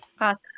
Awesome